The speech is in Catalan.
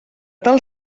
tal